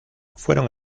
fueron